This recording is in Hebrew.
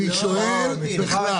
אני שואל בכלל.